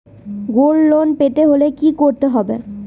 Gold loan পেতে হলে কি করতে হবে?